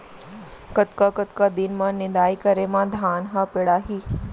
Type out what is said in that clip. कतका कतका दिन म निदाई करे म धान ह पेड़ाही?